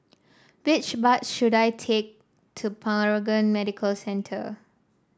which bus should I take to Paragon Medical Centre